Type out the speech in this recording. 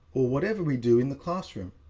or whatever we do in the classroom.